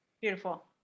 Beautiful